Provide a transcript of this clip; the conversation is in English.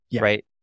right